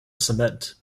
cement